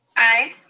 aye.